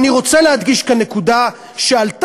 אני רוצה להדגיש כאן נקודה שעלתה,